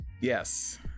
Yes